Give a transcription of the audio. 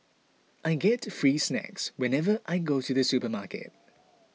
I get free snacks whenever I go to the supermarket